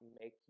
make